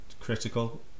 critical